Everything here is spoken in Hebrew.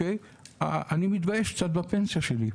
אני מתבייש קצת בפנסיה שלי.